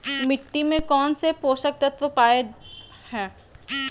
मिट्टी में कौन से पोषक तत्व पावय हैय?